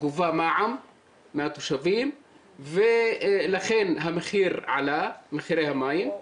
גובה מע"מ מהתושבים ולכן מחירי המים עלו.